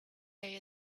they